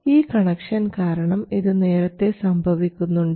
ഈ കണക്ഷൻ കാരണം ഇത് നേരത്തേ സംഭവിക്കുന്നുണ്ട്